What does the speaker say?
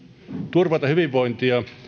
turvata hyvinvointia